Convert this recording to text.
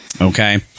Okay